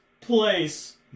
place